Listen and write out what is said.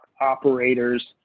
operators